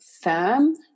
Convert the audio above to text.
firm